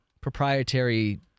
proprietary